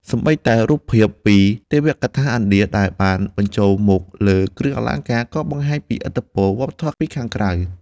សូម្បីតែ រូបភាពពីទេវកថាឥណ្ឌា ដែលបានបញ្ចូលមកលើគ្រឿងអលង្ការ ក៏បង្ហាញពីឥទ្ធិពលវប្បធម៌ពីខាងក្រៅ។